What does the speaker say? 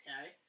Okay